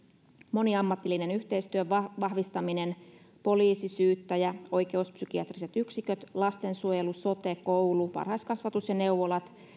moniammatillisen yhteistyön vahvistaminen poliisi syyttäjä oikeuspsykiatriset yksiköt lastensuojelu sote koulu varhaiskasvatus ja neuvolat